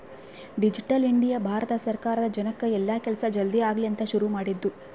digital India Bharat ಸರ್ಕಾರ ಜನಕ್ ಎಲ್ಲ ಕೆಲ್ಸ ಜಲ್ದೀ ಆಗಲಿ ಅಂತ ಶುರು ಮಾಡಿದ್ದು